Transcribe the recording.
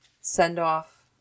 send-off